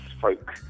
folk